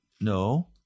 No